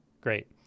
Great